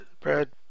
Brad